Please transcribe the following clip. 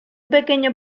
pequeño